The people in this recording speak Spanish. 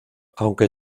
aunque